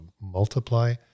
multiply